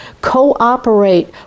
cooperate